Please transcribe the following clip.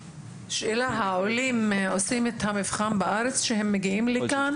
האם העולים עושים את המבחן בארץ כשהם מגיעים לכאן?